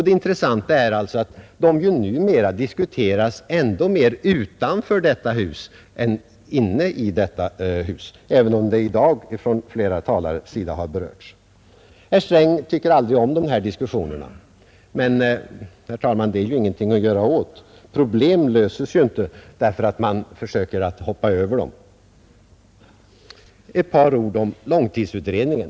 Det intressanta är att de numera diskuteras ändå mer utanför detta hus än inne i det, även om flera talare i dag har berört dem. Herr Sträng tycker aldrig om sådana diskussioner, men, herr talman, det är ingenting att göra åt den saken. Problem löses ju inte därför att man försöker hoppa över dem! Ett par ord om långtidsutredningen.